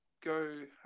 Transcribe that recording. go